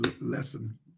lesson